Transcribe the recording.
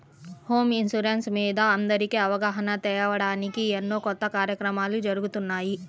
home insurance మీద అందరికీ అవగాహన తేవడానికి ఎన్నో కొత్త కార్యక్రమాలు జరుగుతున్నాయి